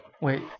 Wait